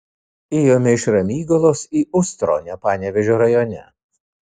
ėjome iš ramygalos į ustronę panevėžio rajone